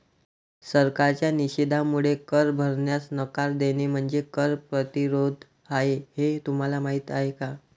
सरकारच्या निषेधामुळे कर भरण्यास नकार देणे म्हणजे कर प्रतिरोध आहे हे तुम्हाला माहीत आहे का